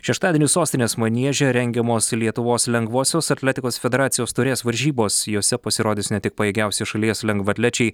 šeštadienį sostinės manieže rengiamos lietuvos lengvosios atletikos federacijos taurės varžybos jose pasirodys ne tik pajėgiausi šalies lengvaatlečiai